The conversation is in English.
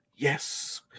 Yes